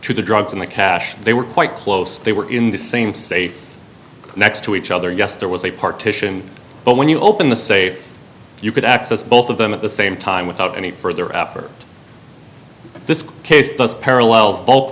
to the drugs and the cache they were quite close they were in the same safe next to each other yes there was a partition but when you open the safe you could access both of them at the same time without any further effort this case just parallel